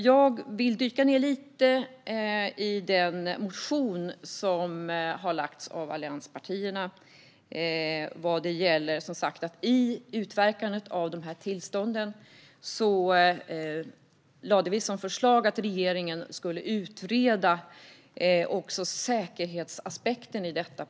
Jag vill dyka ned lite i den motion som allianspartierna har väckt. Vi föreslog att regeringen skulle utreda också säkerhetsaspekten i samband med utverkandet av tillstånden.